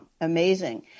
amazing